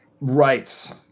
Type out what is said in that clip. right